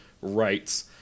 rights